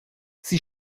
sie